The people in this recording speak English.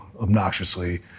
obnoxiously